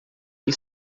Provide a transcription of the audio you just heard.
que